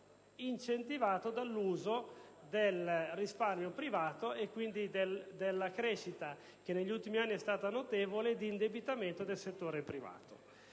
incentivato dall'uso del risparmio privato e quindi della crescita, che negli ultimi anni è stata notevole, di indebitamento del settore privato.